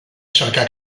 cercar